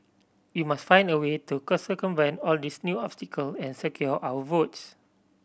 we must find a way to all these new obstacle and secure our votes